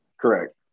Correct